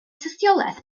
tystiolaeth